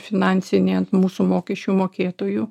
finansinė ant mūsų mokesčių mokėtojų